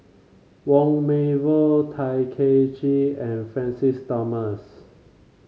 Wong Meng Voon Tay Kay Chin and Francis Thomas